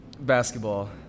basketball